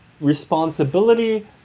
responsibility